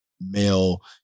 Male